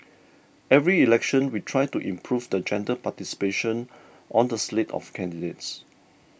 every election we try to improve the gender participation on the slate of candidates